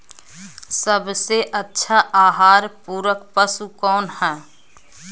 सबसे अच्छा आहार पूरक पशु कौन ह?